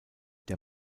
der